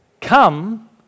come